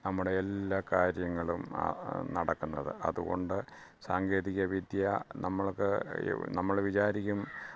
നമ്മുടെ എല്ലാ കാര്യങ്ങളും നടക്കുന്നത് അതുകൊണ്ട് സാങ്കേതികവിദ്യ നമുക്ക് ഈ നമ്മൾ വിചാരിക്കും